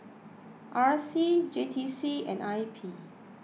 R C J T C and I P